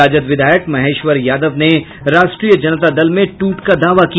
राजद विधायक महेश्वर यादव ने राष्ट्रीय जनता दल में टूट का दावा किया